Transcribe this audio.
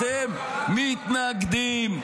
אתם מתנגדים.